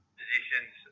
positions